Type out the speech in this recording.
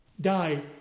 die